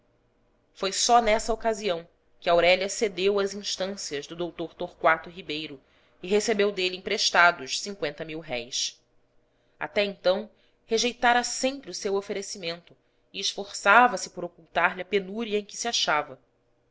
foi só nessa ocasião que aurélia cedeu às instâncias do dr torquato ribeiro e recebeu dele emprestados cinqüenta mil-réis até então rejeitara sempre o seu oferecimento e esforçava-se por ocultar lhe a penúria em que se achava